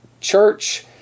church